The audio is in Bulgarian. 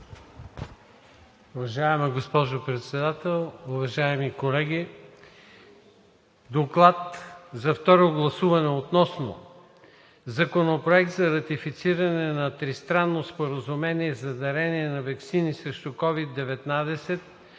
Уважаема госпожо Председател, уважаеми народни представители! „Доклад за второ гласуване относно Законопроект за ратифициране на Тристранното споразумение за дарение на ваксини срещу COVID-19,